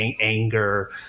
anger